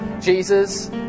Jesus